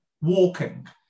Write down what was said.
walking